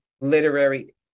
literary